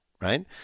right